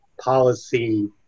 policy